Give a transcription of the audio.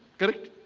correct?